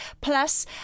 Plus